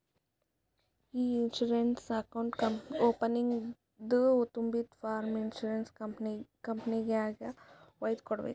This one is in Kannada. ಇ ಇನ್ಸೂರೆನ್ಸ್ ಅಕೌಂಟ್ ಓಪನಿಂಗ್ದು ತುಂಬಿದು ಫಾರ್ಮ್ ಇನ್ಸೂರೆನ್ಸ್ ಕಂಪನಿಗೆಗ್ ವೈದು ಕೊಡ್ಬೇಕ್